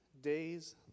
days